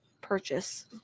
purchase